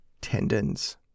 tendons